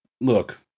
look